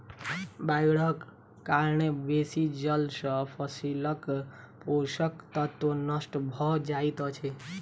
बाइढ़क कारणेँ बेसी जल सॅ फसीलक पोषक तत्व नष्ट भअ जाइत अछि